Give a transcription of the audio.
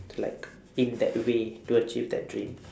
to like in that way to achieve that dream